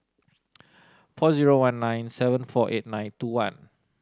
four zero one nine seven four eight nine two one